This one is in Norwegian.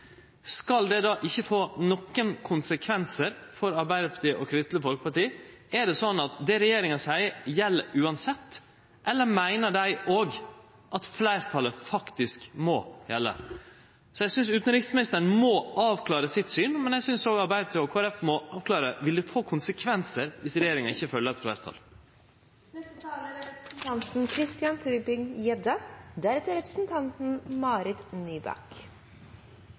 skal det da ikkje få nokre konsekvensar for Arbeidarpartiet og Kristeleg Folkeparti? Er det sånn at det regjeringa seier, gjeld same kva? Eller meiner dei òg at det som fleirtalet faktisk står for, må gjelde? Eg synest at utanriksministeren må avklare sitt syn, men eg synest òg Arbeidarpartiet og Kristeleg Folkeparti må avklare om det vil få konsekvensar om regjeringa ikkje følgjer eit